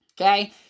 okay